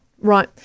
Right